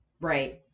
Right